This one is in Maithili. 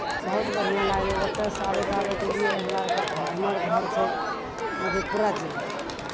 बहुत बढ़िआँ लागलै ओतयसँ आबैत आबैत एलियै हमरा आरके घर हमर घर छै मधेपुरा जिला